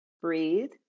breathe